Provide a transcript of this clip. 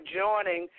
joining